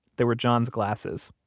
there were john's glasses,